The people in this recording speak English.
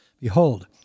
Behold